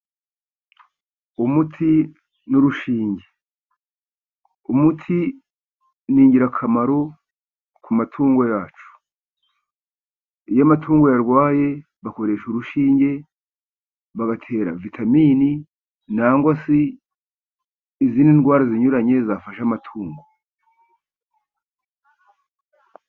Umuti n'urushinge. Umuti ni ingirakamaro ku matungo yacu, iyo amatungo yarwaye, bakoresha urushinge bagatera vitamini, nangwa se izindi ndwara zinyuranye, zafashe amatungo.